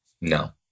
No